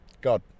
God